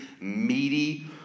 meaty